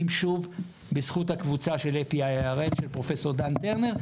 בזכות הקבוצה epi-IIRN של פרופ' דן טרנר,